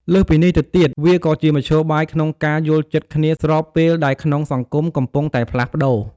លើសពីនេះទៅទៀត វាក៏ជាមធ្យោបាយក្នុងការយល់ចិត្តគ្នាស្របពេលដែលក្នុងសង្គមកំពុងតែផ្លាស់ប្តូរ។